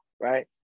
right